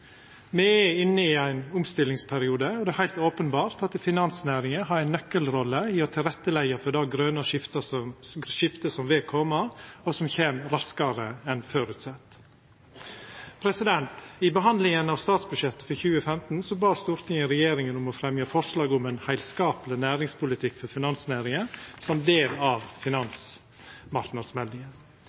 Me er inne i ein omstillingsperiode, og det er heilt openbert at finansnæringa har ei nøkkelrolle i å leggja til rette for det grøne skiftet som vil koma, og som kjem raskare enn føresett. I behandlinga av statsbudsjettet for 2015 bad Stortinget regjeringa om å fremja forslag om ein heilskapleg næringspolitikk for finansnæringa som del av finansmarknadsmeldinga